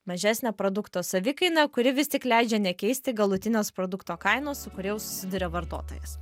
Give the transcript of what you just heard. mažesnę produkto savikainą kuri vis tik leidžia nekeisti galutinės produkto kainos su kuria jau susiduria vartotojas